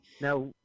Now